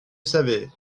savez